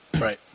Right